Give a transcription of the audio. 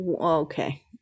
okay